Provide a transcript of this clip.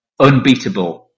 unbeatable